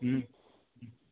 हुँ